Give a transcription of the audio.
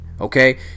okay